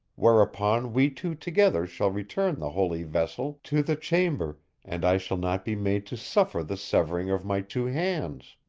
whereupon we two together shall return the holy vessel to the chamber and i shall not be made to suffer the severing of my two hands.